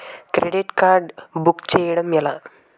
Credit card block చేయడం ఎలా?